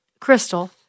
Crystal